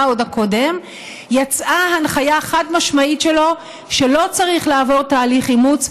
הקודם יצאה הנחיה חד-משמעית שלו שלא צריך לעבור תהליך אימוץ,